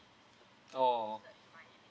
oh